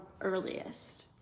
earliest